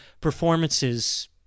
performances